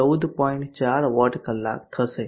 4 watt કલાક થશે